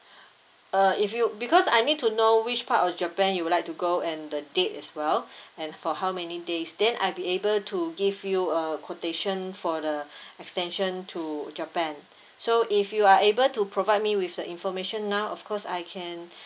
uh if you because I need to know which part of japan you would like to go and the date as well and for how many days then I'd be able to give you a quotation for the extension to japan so if you are able to provide me with the information now of course I can